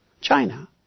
China